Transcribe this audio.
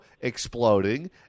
exploding